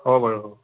হ'ব বাৰু